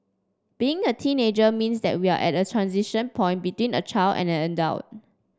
being a teenager means that we're at a transition point between a child and an adult